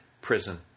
prison